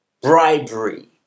bribery